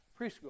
preschool